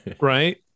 Right